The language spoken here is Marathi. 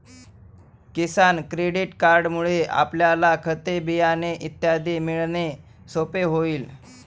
किसान क्रेडिट कार्डमुळे आपल्याला खते, बियाणे इत्यादी मिळणे सोपे होईल